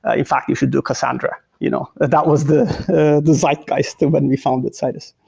ah in fact, you should do cassandra. you know that that was the the zeitgeist when we founded citus.